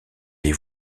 les